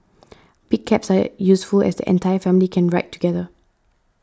big cabs are useful as the entire family can ride together